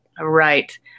Right